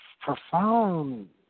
profound